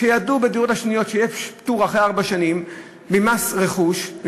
ידעו שבדירות השניות יש פטור אחרי ארבע שנים ממס רכוש,